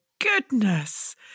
goodness